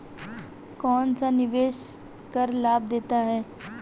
कौनसा निवेश कर लाभ देता है?